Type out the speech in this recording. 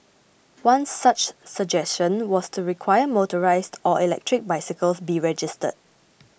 one such suggestion was to require motorised or electric bicycles be registered